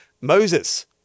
Moses